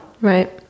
right